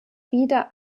wieder